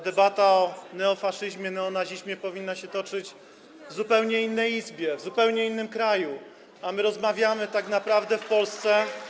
Debata o neofaszyzmie, o neonazizmie powinna się toczyć w zupełnie innej izbie, w zupełnie innym kraju, a my rozmawiamy w Polsce.